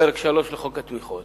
פרק 3 בחוק התמיכות